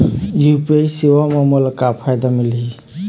UPI सेवा म मोला का फायदा मिलही?